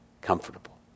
comfortable